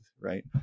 right